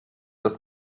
das